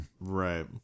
Right